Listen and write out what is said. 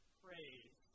praise